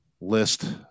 list